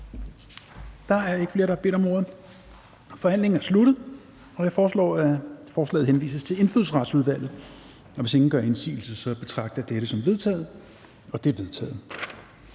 Der er ikke flere, der har bedt om ordet. Forhandlingen er sluttet. Jeg foreslår, at forslaget til folketingsbeslutning henvises til Indfødsretsudvalget. Hvis ingen gør indsigelse, betragter jeg dette som vedtaget. Det er vedtaget.